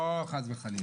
לא, חס וחלילה.